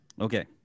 Okay